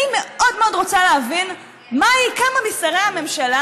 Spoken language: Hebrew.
אני מאוד מאוד רוצה להבין כמה משרי הממשלה,